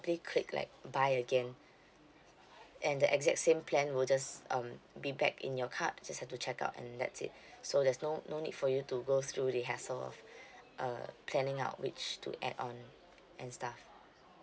simply click like buy again and the exact same plan will just um be back in your cart just have to check out and that's it so there's no no need for you to go through the hassle of uh planning out which to add on and stuff